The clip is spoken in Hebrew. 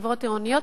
חברות עירוניות,